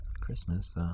Christmas